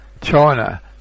China